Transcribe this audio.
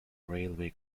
railway